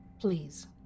Please